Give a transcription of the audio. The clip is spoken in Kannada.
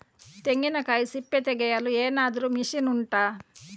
ತೆಂಗಿನಕಾಯಿ ಸಿಪ್ಪೆ ತೆಗೆಯಲು ಏನಾದ್ರೂ ಮಷೀನ್ ಉಂಟಾ